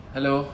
Hello